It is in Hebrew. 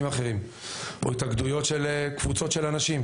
אחרים או התאגדויות של קבוצות של אנשים,